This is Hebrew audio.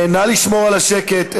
נא לשמור על השקט.